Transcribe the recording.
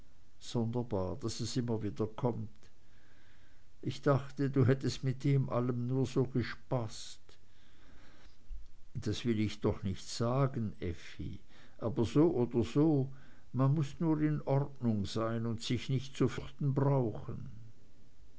sonderbar daß es immer wiederkommt ich dachte du hättest mit dem allem nur so gespaßt das will ich doch nicht sagen effi aber so oder so man muß nur in ordnung sein und sich nicht zu fürchten brauchen